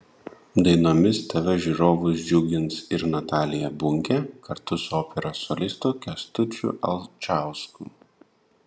dainomis tv žiūrovus džiugins ir natalija bunkė kartu su operos solistu kęstučiu alčausku